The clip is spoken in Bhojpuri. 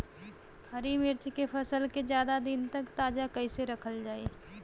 हरि मिर्च के फसल के ज्यादा दिन तक ताजा कइसे रखल जाई?